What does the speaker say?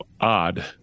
odd